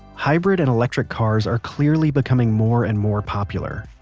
hybrid and electric cars are clearly becoming more and more popular.